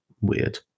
weird